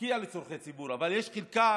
תפקיע לצורכי ציבור, אבל יש חלקה